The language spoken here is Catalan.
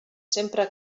sempre